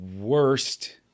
worst